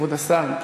כבוד השר,